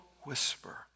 whisper